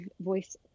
voice